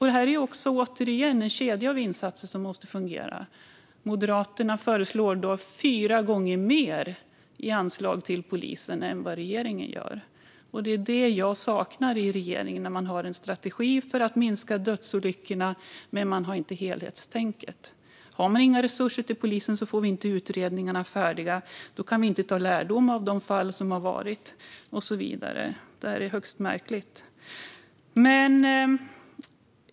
Detta är återigen en kedja av insatser som måste fungera. Moderaterna föreslår då fyra gånger mer i anslag till polisen än vad regeringen gör. Det är detta jag saknar i regeringen. Man har en strategi för att minska dödsolyckorna, men man har inte helhetstänket. Har polisen inga resurser får vi inte utredningarna färdiga. Då kan vi inte dra lärdom av de fall som har varit, och så vidare. Detta är högst märkligt.